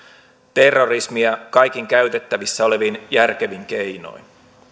terrorismia kaikin käytettävissä olevin järkevin keinoin